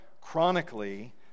chronically